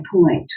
point